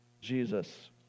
Jesus